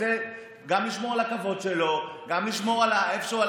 רוצה גם לשמור על הכבוד שלו וגם לשמור איפשהו על